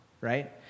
Right